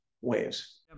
waves